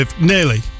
nearly